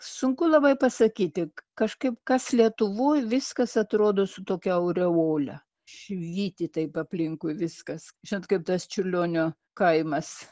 sunku labai pasakyti kažkaip kas lietuvoj viskas atrodo su tokia aureole švyti taip aplinkui viskas žinot kaip tas čiurlionio kaimas